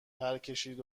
پرکشید